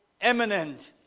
eminent